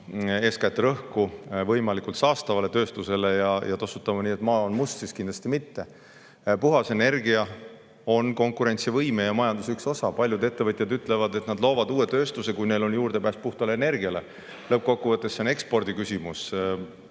eeskätt panema rõhku võimalikult saastavale tööstusele ja tossutama, nii et maa on must, siis kindlasti mitte. Puhas energia on konkurentsivõime ja majanduse üks osa. Paljud ettevõtjad ütlevad, et nad loovad uue tööstuse, kui neil on juurdepääs puhtale energiale. Lõppkokkuvõttes on see ekspordiküsimus.